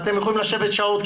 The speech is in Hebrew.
ואתם יכולים לשבת שעות,